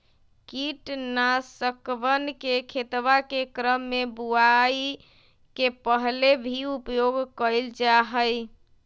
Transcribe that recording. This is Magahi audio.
कीटनाशकवन के खेतवा के क्रम में बुवाई के पहले भी उपयोग कइल जाहई